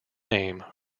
name